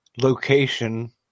location